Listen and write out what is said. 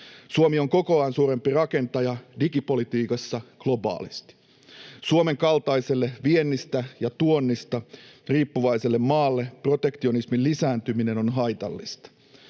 Suomi on kokoaan suurempi rakentaja digipolitiikassa globaalisti. Suomen kaltaiselle viennistä ja tuonnista riippuvaiselle maalle protektionismin lisääntyminen on haitallista.